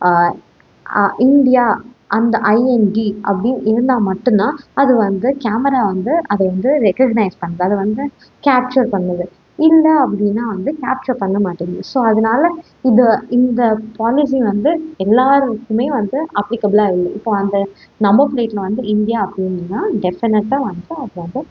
India அந்த INT அப்படினு இருந்தால் மட்டும் தான் அது வந்து கேமரா வந்து அதை வந்து ரெககனைஸ் பண்ணுது அதை வந்து கேப்ச்சர் பண்ணுது இல்லை அப்படினா வந்து கேப்ச்சர் பண்ண மாட்டேங்கிது ஸோ அதனால இது இந்த பாலிசி வந்து எல்லோருக்குமே வந்து அப்லிக்கபிலாக இல்லை இப்போ அந்த நம்பர் பிளேட்டில் வந்து இந்தியா அப்படினு இருந்துதுனால் டெஃபெனெட்டாக வந்துட்டு அது வந்து